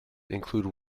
include